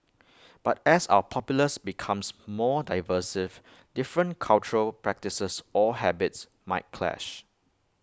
but as our populace becomes more different cultural practices or habits might clash